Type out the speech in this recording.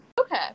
Okay